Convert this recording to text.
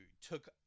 took